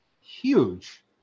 huge